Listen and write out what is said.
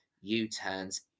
U-turns